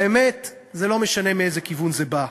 והאמת, זה לא משנה מאיזה כיוון זה בא,